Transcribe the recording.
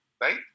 right